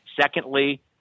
Secondly